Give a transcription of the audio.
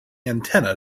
antenna